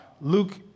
Luke